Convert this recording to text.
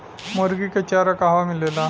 मुर्गी के चारा कहवा मिलेला?